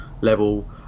level